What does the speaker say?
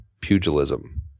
pugilism